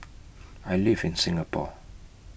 I live in Singapore